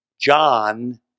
John